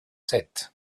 sept